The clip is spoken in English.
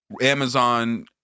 Amazon